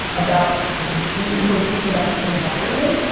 about the information about the environment?